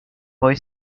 poi